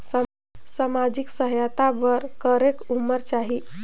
समाजिक सहायता बर करेके उमर चाही?